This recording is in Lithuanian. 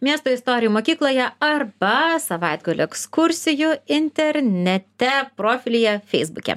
miesto istorijų mokykloje arba savaitgalio ekskursijų internete profilyje feisbuke